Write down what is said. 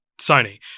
sony